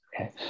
Okay